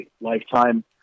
lifetime